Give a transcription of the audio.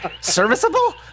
Serviceable